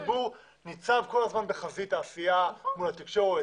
נבחר ציבור ניצב כל הזמן בחזית העשייה מול התקשורת,